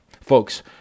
Folks